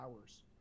hours